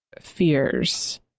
fears